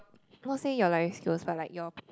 not say you're very skills but like your